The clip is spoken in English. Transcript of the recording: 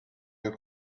your